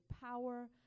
power